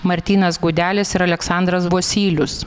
martynas gudelis ir aleksandras vosylius